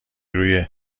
روی